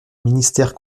ministère